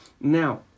Now